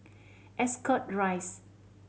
Ascot Rise